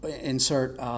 insert